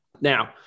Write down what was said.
Now